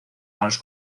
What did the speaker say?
malos